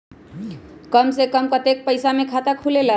कम से कम कतेइक पैसा में खाता खुलेला?